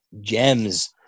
gems